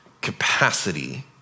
capacity